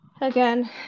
Again